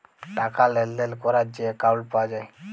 টাকা লেলদেল ক্যরার যে একাউল্ট পাউয়া যায়